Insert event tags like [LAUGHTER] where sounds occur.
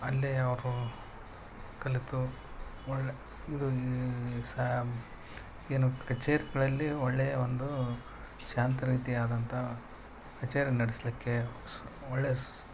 ಅಲ್ಲಿ ಅವರು ಕಲಿತು ಒಳ್ಳೆಯ ಇದು ಈ [UNINTELLIGIBLE] ಏನು ಕಚೇರಿಗಳಲ್ಲಿ ಒಳ್ಳೆಯ ಒಂದು ಶಾಂತ ರೀತಿಯಾದಂಥ ಕಚೇರಿ ನಡೆಸಲಿಕ್ಕೆ ಸು ಒಳ್ಳೆಯ ಸು